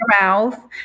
mouth